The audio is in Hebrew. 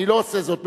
אני לא עושה זאת,